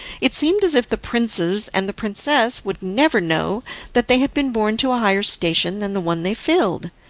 it seemed as if the princes and the princess would never know that they had been born to a higher station than the one they filled.